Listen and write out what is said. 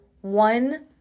one